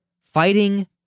fighting